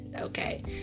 okay